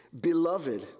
Beloved